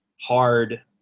hard